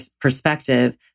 perspective